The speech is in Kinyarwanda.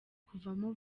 kuvamo